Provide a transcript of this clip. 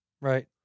Right